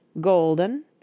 golden